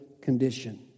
condition